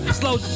slow